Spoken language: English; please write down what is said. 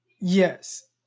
Yes